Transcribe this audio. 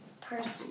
Person